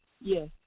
Yes